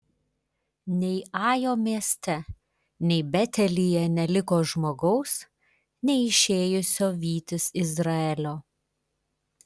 nei ajo mieste nei betelyje neliko žmogaus neišėjusio vytis izraelio